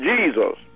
Jesus